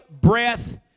breath